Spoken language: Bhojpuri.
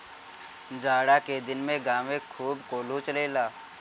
जाड़ा के दिन में गांवे खूब कोल्हू चलेला